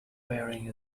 pairing